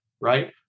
right